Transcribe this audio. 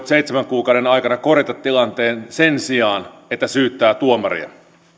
seitsemän kuukauden aikana korjata tilanteen sen sijaan että syyttää tuomaria